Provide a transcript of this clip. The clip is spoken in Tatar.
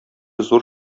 зур